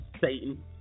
Satan